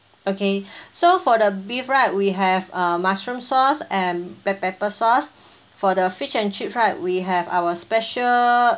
okay so for the beef right we have uh mushroom sauce and black pepper sauce for the fish and chips right we have our special